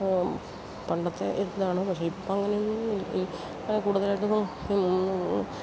പണ്ടത്തെ ഇതാണ് പക്ഷേ ഇപ്പം അങ്ങനെ ഒന്നും അങ്ങനെ കൂടുതലായിട്ടൊന്നും